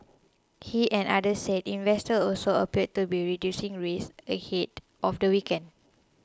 he and others said investors also appeared to be reducing risk ahead of the weekend